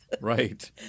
Right